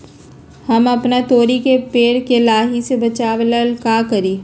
हम अपना तोरी के पेड़ के लाही से बचाव ला का करी?